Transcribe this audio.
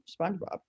SpongeBob